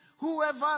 Whoever